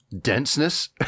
denseness